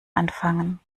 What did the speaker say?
anfangen